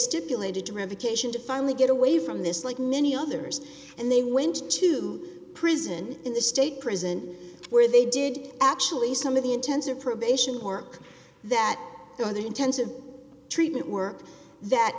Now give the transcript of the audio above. stipulated revocation to finally get away from this like many others and they went to prison in the state prison where they did actually some of the intensive probation work that the intensive treatment